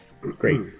Great